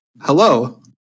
Hello